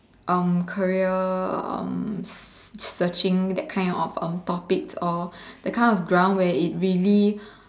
um career um searching that kind of um topics or that kind of ground where it really